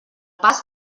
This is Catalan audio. pas